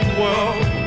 world